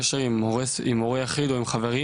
או קשר עם מורה יחיד או עם חברים,